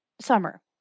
Summer